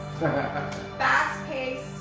fast-paced